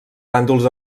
bàndols